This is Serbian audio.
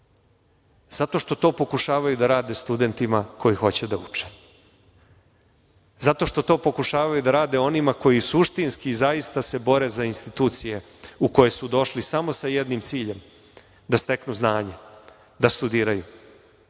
Zato što to pokušavaju da rade studentima koji hoće da uče. Zato što to pokušavaju da rade onima koji suštinski i zaista se bore za institucije u koje su došli samo sa jednim ciljem, da steknu znanje, da studiraju.